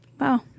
Wow